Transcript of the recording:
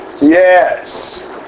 Yes